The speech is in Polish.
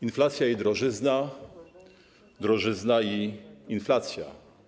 Inflacja i drożyzna - drożyzna i inflacja.